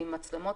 עם מצלמות